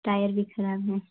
tyre भी ख़राब है